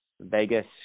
Vegas